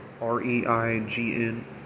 R-E-I-G-N